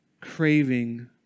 craving